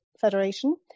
Federation